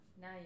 Now